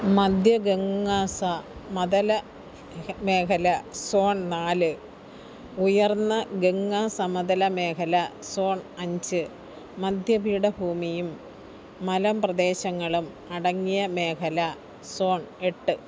മധ്യ ഗംഗാ സമതലമേഖല സോൺ നാല് ഉയർന്ന ഗംഗാ സമതലമേഖല സോൺ അഞ്ച് മധ്യ പീഠഭൂമിയും മലമ്പ്രദേശങ്ങളും അടങ്ങിയ മേഖല സോൺ എട്ട്